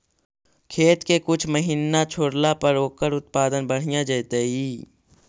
खेत के कुछ महिना छोड़ला पर ओकर उत्पादन बढ़िया जैतइ?